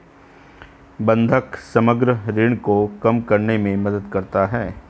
बंधक समग्र ऋण को कम करने में मदद करता है